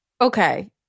okay